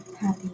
happy